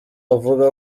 avuga